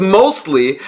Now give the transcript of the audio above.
mostly